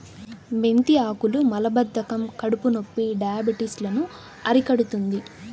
మెంతి ఆకులు మలబద్ధకం, కడుపునొప్పి, డయాబెటిస్ లను అరికడుతుంది